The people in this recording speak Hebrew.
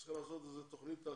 צריך לעשות איזו תכנית תעסוקה,